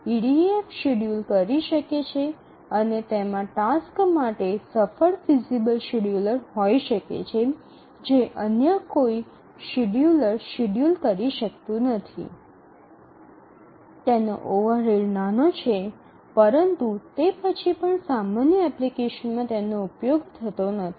EDF schedule કરી શકે છે અને તેમાં ટાસક્સ માટે સફળ ફિઝિબલ શેડ્યૂલર હોઈ શકે છે જે કોઈ અન્ય શેડ્યુલર શેડ્યૂલ કરી શકતું નથી તેનો ઓવરહેડ નાનો છે પરંતુ તે પછી પણ સામાન્ય એપ્લિકેશનમાં તેનો ઉપયોગ થતો નથી